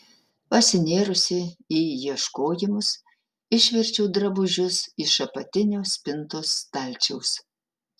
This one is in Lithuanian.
pasinėrusi į ieškojimus išverčiu drabužius iš apatinio spintos stalčiaus